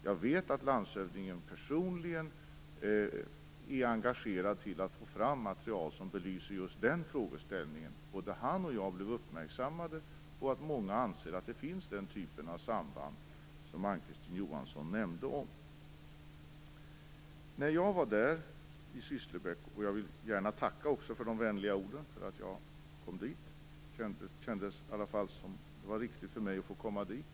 Jag vet att landshövdingen personligen är engagerad i att få fram material som belyser just den frågeställningen. Både han och jag blev uppmärksammade på att många anser att denna typ av samband finns, som Jag vill gärna tacka för de vänliga orden för att jag kom till Sysslebäck. Det kändes som om det var viktigt för mig att få komma dit.